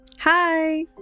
Hi